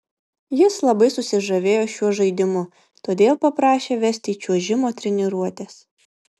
jis labai susižavėjo šiuo žaidimu todėl paprašė vesti į čiuožimo treniruotes